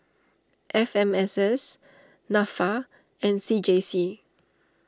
F M S S Nafa and C J C